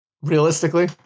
Realistically